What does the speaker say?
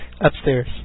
Upstairs